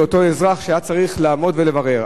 כך שאותו אזרח היה צריך לעמוד ולברר.